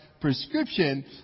prescription